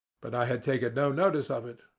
but i had taken no notice of it.